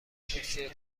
توصیه